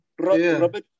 Robert